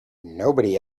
nobody